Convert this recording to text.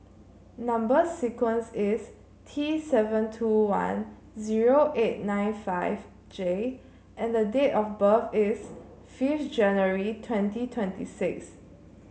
number sequence is T seven two one zero eight nine five J and the date of birth is fifth January twenty twenty six